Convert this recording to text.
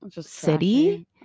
city